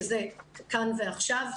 שזה כאן ועכשיו,